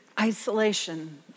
isolation